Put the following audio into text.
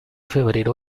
febrero